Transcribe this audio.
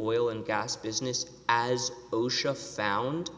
oil and gas business as osha found